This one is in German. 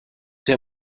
der